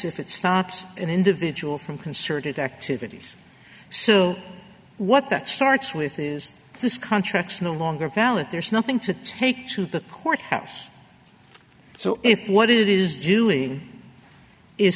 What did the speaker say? if it stops an individual from concerted activities so what that starts with is this contracts no longer valid there's nothing to take to the court house so if what it is